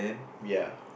ya